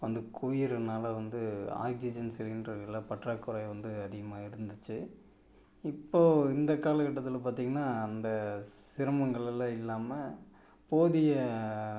வந்து குவிகிறனால வந்து ஆக்ஸிஜன் சிலிண்டர்ல பற்றாக்குறை வந்து அதிகமாக இருந்துச்சு இப்போது இந்தக் காலகட்டத்தில் பார்த்திங்கன்னா அந்த சிரமங்களெல்லாம் இல்லாமல் போதிய